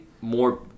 more